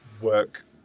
work